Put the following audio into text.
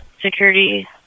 Security